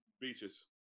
Beaches